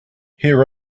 here